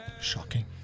shocking